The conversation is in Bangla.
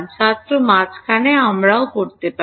ছাত্র মাঝখানে আমরাও করতে পারি